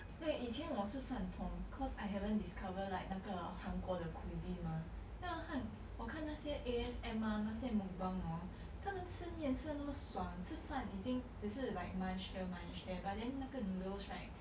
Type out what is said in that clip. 因为以前我是饭桶 cause I haven't discover like 那个韩国的 cuisine mah 那我看那些 A_S_M_R 那些: na xie mukbang hor 他们吃面吃到那么爽吃饭已经只是 like munch here munch there but then 那个 noodles right